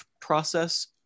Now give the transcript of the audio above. process